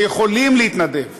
ויכולים להתנדב,